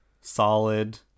solid